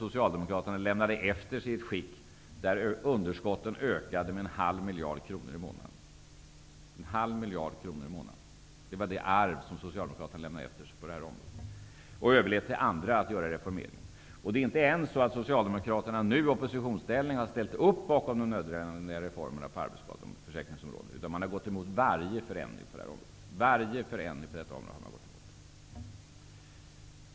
Socialdemokraterna lämnade systemet efter sig i ett skick där underskotten ökade med en halv miljard kronor i månaden. Det var det arv som Socialdemokraterna lämnade efter sig på det här området, och man överlät till andra att göra reformeringen. Det är inte ens så att Socialdemokraterna nu i oppositionsställning har ställt upp bakom de nödvändiga reformerna på arbetsskadeförsäkringsområdet, utan man har gått emot varje förändring -- varje förändring på det här området har man gått emot.